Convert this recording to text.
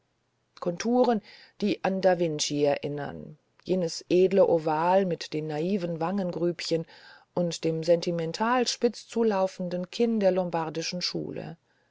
konturen die an da vinci erinnern jenes edle oval mit den naiven wangengrübchen und dem sentimental spitz zulaufenden kinn der lombardischen schule